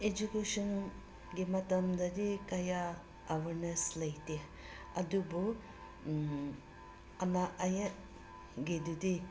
ꯏꯖꯨꯀꯦꯁꯟꯒꯤ ꯃꯇꯝꯗꯗꯤ ꯀꯌꯥ ꯑꯋꯔꯅꯦꯁ ꯂꯩꯇꯦ ꯑꯗꯨꯕꯨ ꯑꯅꯥ ꯑꯌꯦꯛꯒꯤꯗꯨꯗꯤ